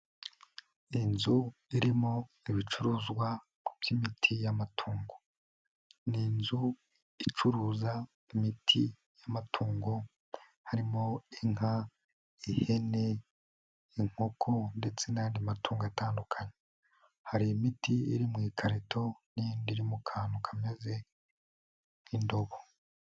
Iyi inzu irimo ibicuruzwa by'imiti y'amatungo, ni inzu icuruza imiti y'amatungo harimo inka, ihene, inkoko ndetse n'andi matungo atandukanye hari imiti iri mu ikarito n'indi iri mu kantu kameze nk'indobo.